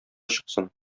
чыксын